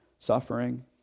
Suffering